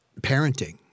parenting